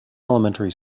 elementary